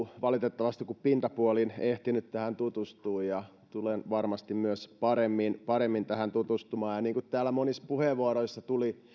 valitettavasti kuin pintapuolin ehtinyt tähän tutustua ja tulen varmasti myös paremmin paremmin tähän tutustumaan niin kuin täällä monissa puheenvuoroissa